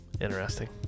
interesting